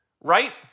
right